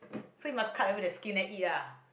so you must cut away the skin then eat ah